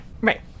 Right